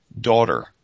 daughter